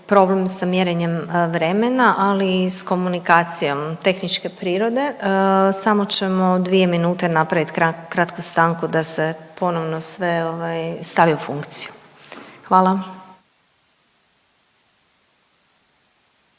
problem sa mjerenjem vremena, ali i s komunikacijom tehničke prirode, samo ćemo 2 minute napraviti kratku stanku da se ponovno sve ovaj, stavi u funkciju. Hvala.